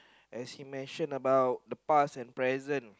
as he mentioned about the past and present